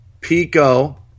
Pico